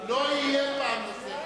לא תהיה פעם נוספת.